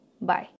Bye